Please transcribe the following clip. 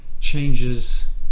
changes